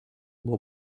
buvo